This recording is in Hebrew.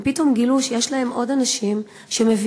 הם פתאום גילו שיש עוד אנשים שמבינים,